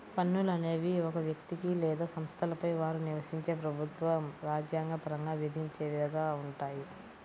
పన్నులు అనేవి ఒక వ్యక్తికి లేదా సంస్థలపై వారు నివసించే ప్రభుత్వం రాజ్యాంగ పరంగా విధించేవిగా ఉంటాయి